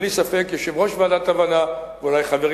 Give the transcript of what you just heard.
בלי ספק יושב-ראש ועדת המדע ואולי חברים